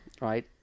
right